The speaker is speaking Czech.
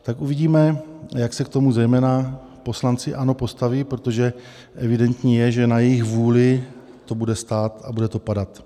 Tak uvidíme, jak se k tomu zejména poslanci ANO postaví, protože evidentní je, že na jejich vůli to bude stát a bude to padat.